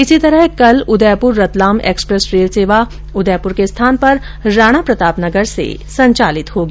इसी तरह कल उदयपुर रतलाम एक्सप्रेस रेलसेवा उदयपुर के स्थान पर राणा प्रताप नगर से संचालित होगी